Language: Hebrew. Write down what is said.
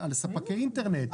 על ספקי האינטרנט.